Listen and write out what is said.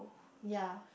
ya